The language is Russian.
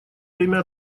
время